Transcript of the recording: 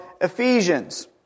Ephesians